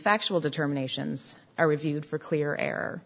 factual determination zx are reviewed for clear air